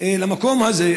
למקום הזה,